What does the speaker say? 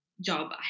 job